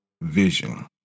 vision